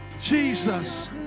Jesus